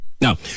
Now